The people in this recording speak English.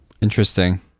Interesting